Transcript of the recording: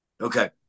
Okay